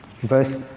verse